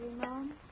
Mom